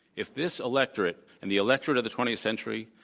if this electorate, and the electorate of the twentieth century,